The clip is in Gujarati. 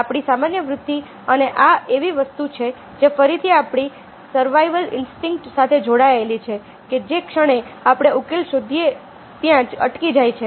આપણી સામાન્ય વૃત્તિ અને આ એવી વસ્તુ છે જે ફરીથી આપણી સર્વાઇવલ ઇન્સ્ટિંક્ટ સાથે જોડાયેલી છે કે જે ક્ષણે આપણે ઉકેલ શોધીએ ત્યાં જ અટકી જાય છે